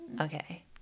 Okay